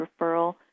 referral